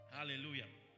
Hallelujah